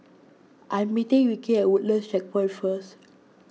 I am meeting Ricky at first